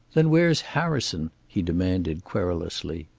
then where's harrison? he demanded, querulously.